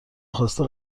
خواسته